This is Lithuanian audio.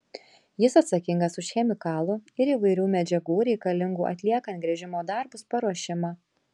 jis atsakingas už chemikalų ir įvairių medžiagų reikalingų atliekant gręžimo darbus paruošimą